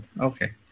okay